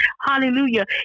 Hallelujah